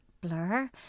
blur